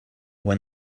when